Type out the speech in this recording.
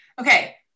Okay